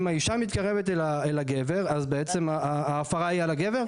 אם האישה מתקרבת אל הגבר אז בעצם ההפרה היא על הגבר?